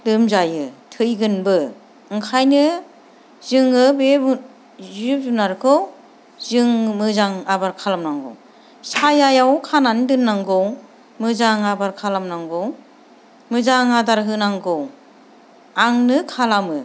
लोमजायो थैगोनबो ओंखायनो जोङो बे जिब जुनारखौ जों मोजां आबोर खालामनांगौ सायाआव खानानै दोननांगौ मोजां आबोर खालामनांगौ मोजां आदार होनांगौ आंनो खालामो बेखौ